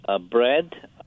bread